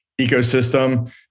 ecosystem